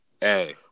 Hey